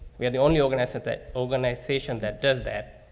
we are the only organization that organization that does that.